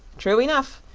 true enough.